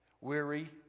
weary